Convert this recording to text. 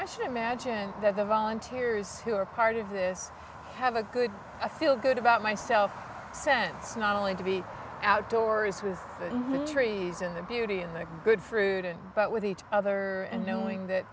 i should imagine that the volunteers who are part of this have a good feel good about myself sense not only to be outdoors with the trees and the beauty and the good fruit and but with each other and knowing that